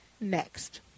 next